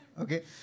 Okay